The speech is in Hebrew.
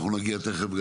אנחנו נגיע תכף.